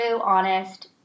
honest